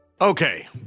Okay